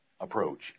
approach